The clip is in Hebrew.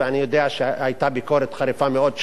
ואני יודע שהיתה ביקורת חריפה מאוד של